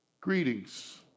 Greetings